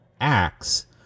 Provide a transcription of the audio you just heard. acts